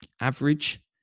average